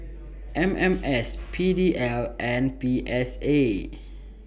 M M S P D L and P S A